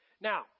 Now